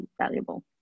valuable